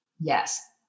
Yes